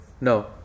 No